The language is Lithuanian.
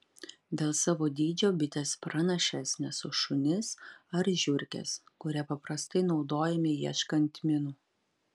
dėl savo dydžio bitės pranašesnės už šunis ar žiurkes kurie paprastai naudojami ieškant minų